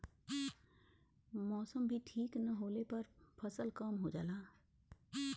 मौसम भी ठीक न होले पर फसल कम हो जाला